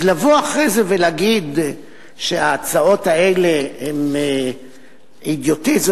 אז לבוא אחרי זה ולהגיד שההצעות האלה הן אידיוטיזם,